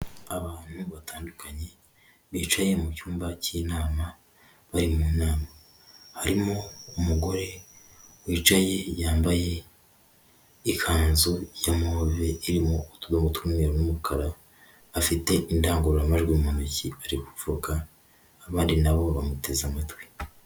Abantu batandukanye bicaye mu cyumba cy'inama bari mu nama, harimo umugore wicaye yambaye ikanzu ya move, irimo utudomo tw'umweru n'umukara, afite indangurura majwi mu ntoki, ari kuvuga abandi nabo bamuteze amatwi.